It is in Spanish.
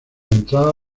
entrada